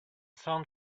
sun